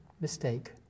mistake